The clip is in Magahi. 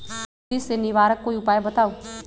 सुडी से निवारक कोई उपाय बताऊँ?